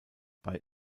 bei